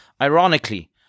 Ironically